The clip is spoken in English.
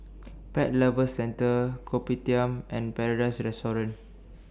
Pet Lovers Centre Kopitiam and Paradise Restaurant